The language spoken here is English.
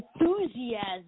enthusiasm